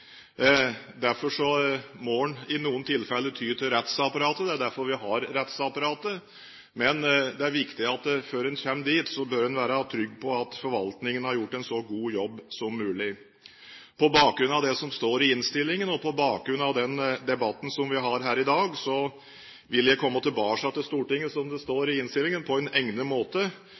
Derfor må man i noen tilfeller ty til rettsapparatet. Det er derfor vi har rettsapparatet. Men det er viktig at før man kommer dit, bør man være trygg på at forvaltningen har gjort en så god jobb som mulig. På bakgrunn av det som står i innstillingen, og på bakgrunn av den debatten vi har her i dag, vil jeg komme tilbake til Stortinget, som det står i innstillingen, på en egnet måte